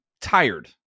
tired